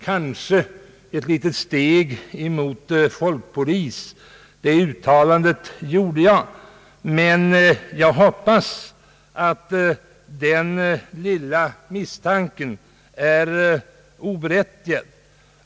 Jag uttalade att avsikten kanske var att ta ett steg mot införandet av en folkpolis, men jag hoppas att den misstanken är oberättigad.